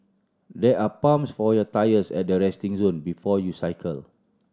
there are pumps for your tyres at the resting zone before you cycle